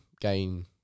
gain